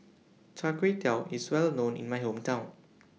Char Kway Teow IS Well known in My Hometown